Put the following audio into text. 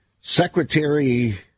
secretary